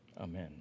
Amen